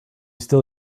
still